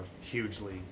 hugely